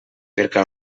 perquè